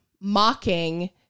mocking